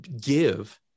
give